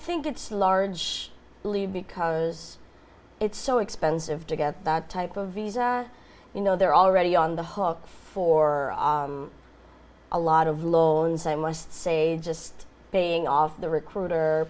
think it's large leave because it's so expensive to get that type of visa you know they're already on the hook for a lot of loans i must say just paying off the recruiter